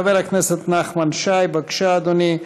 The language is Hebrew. חבר הכנסת נחמן שי, בבקשה, אדוני.